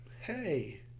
hey